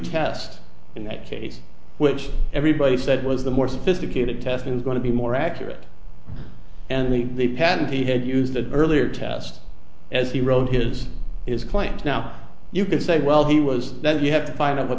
test in that case which everybody said was the more sophisticated test it was going to be more accurate and the patent he had used the earlier test as he wrote his his claims now you can say well he was then you have to find out what